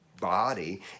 body